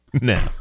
No